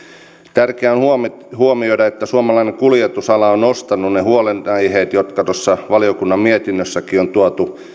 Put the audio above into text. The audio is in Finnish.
tärkeää on huomioida että suomalainen kuljetusala on nostanut ne huolenaiheet jotka tuossa valiokunnan mietinnössäkin on tuotu